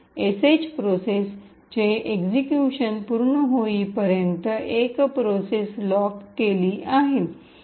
sh process चे execution पूर्ण होईपर्यंत एक प्रोसेस लॉक केली आहे